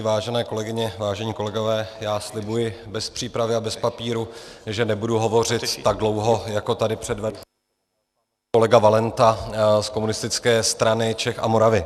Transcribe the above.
Vážené kolegyně, vážení kolegové, já slibuji, bez přípravy a bez papíru, že nebudu hovořit tak dlouho, jako tady předvedl kolega Valenta z Komunistické strany Čech a Moravy.